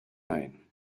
night